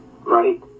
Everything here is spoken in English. Right